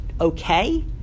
okay